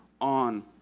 on